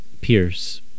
Pierce